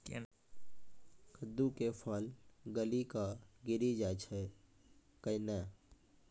कददु के फल गली कऽ गिरी जाय छै कैने?